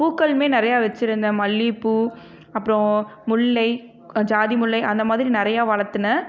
பூக்களுமே நிறையா வச்சுருந்தேன் மல்லியப்பூ அப்புறம் முல்லை ஜாதிமுல்லை அந்தமாதிரி நிறையா வளர்த்துனேன்